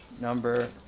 number